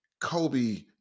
Kobe